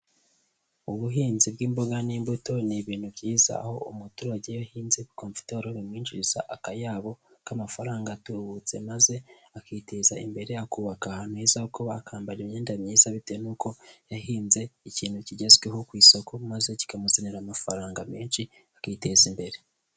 Ubuhinzi bw'imboga n'imbuto ni ibintu byiza, aho umuturage iyo ahinze ibikomfotoro bimwinjiriza akayabo k'amafaranga atubutse, maze akiteza imbere akubaka ahantu heza ho kuba, akambara imyenda myiza bitewe n'uko yahinze ikintu kigezweho ku isoko maze kikamuzanira amafaranga menshi akiteza imbere.